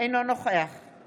אינו נוכח אימאן ח'טיב יאסין,